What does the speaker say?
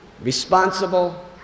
responsible